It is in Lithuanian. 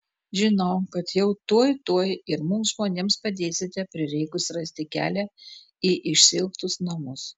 žinau kad jau tuoj tuoj ir mums žmonėms padėsite prireikus rasti kelią į išsiilgtus namus